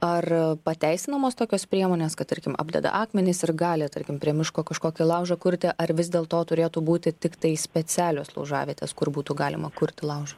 ar pateisinamos tokios priemonės kad tarkim apdeda akmenys ir gali tarkim prie miško kažkokį laužą kurti ar vis dėl to turėtų būti tiktai specialios laužavietės kur būtų galima kurti laužą